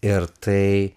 ir tai